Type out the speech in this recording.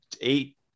eight